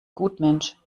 gutmensch